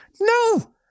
No